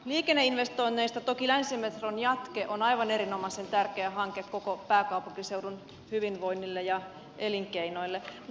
liikenneinvestoinneista toki länsimetron jatke on aivan erinomaisen tärkeä hanke koko pääkaupunkiseudun hyvinvoinnille ja elinkeinoille